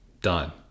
Done